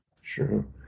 Sure